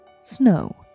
snow